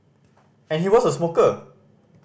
and he was a smoker